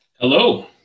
Hello